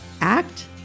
act